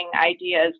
ideas